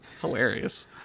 Hilarious